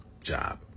job